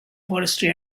forestry